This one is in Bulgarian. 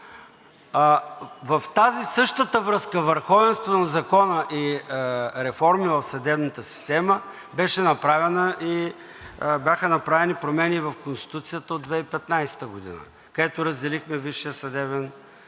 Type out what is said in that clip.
В тази същата връзка – върховенство на закона и реформи в съдебната система, бяха направени промени в Конституцията от 2015 г., където разделихме Висшия съдебен